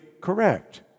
correct